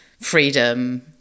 freedom